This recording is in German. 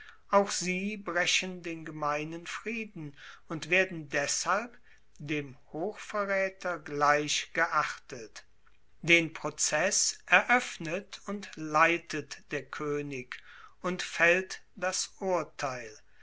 auch sie brechen den gemeinen frieden und werden deshalb dem hochverraeter gleich geachtet den prozess eroeffnet und leitet der koenig und faellt das urteil